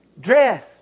dress